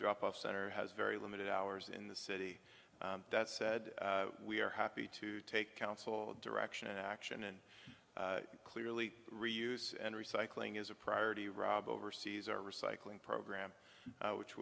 drop off center has very limited hours in the city that said we are happy to take council direction action and clearly reuse and recycling is a priority rob oversees our recycling program which